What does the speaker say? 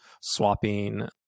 swapping